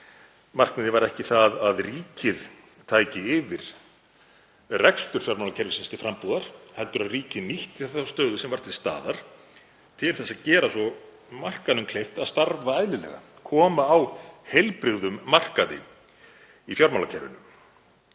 Markmiðið var ekki að ríkið tæki yfir rekstur fjármálakerfisins til frambúðar heldur að það nýtti þá stöðu sem var til staðar til þess að gera markaðnum kleift að starfa eðlilega, koma á heilbrigðum markaði í fjármálakerfinu.